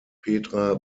petra